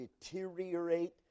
deteriorate